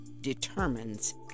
determines